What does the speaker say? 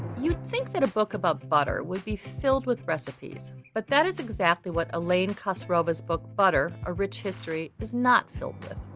you'd think that a book about butter would be filled with recipes, but that is exactly what elaine khosrova's book butter a rich history is not filled with.